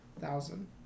thousand